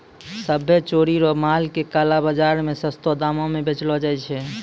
सभ्भे चोरी रो माल के काला बाजार मे सस्तो दामो पर बेचलो जाय छै